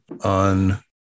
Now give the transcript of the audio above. on